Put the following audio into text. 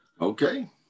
Okay